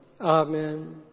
Amen